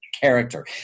character